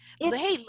Hey